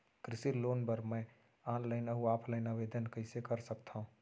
कृषि लोन बर मैं ऑनलाइन अऊ ऑफलाइन आवेदन कइसे कर सकथव?